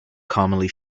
commonly